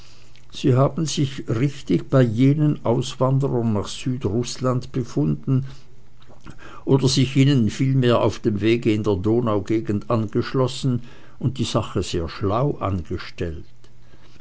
sie haben sich richtig bei jenen auswanderern nach südrußland befunden oder sich ihnen vielmehr auf dem wege in der donaugegend angeschlossen und die sache sehr schlau angestellt